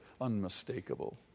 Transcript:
unmistakable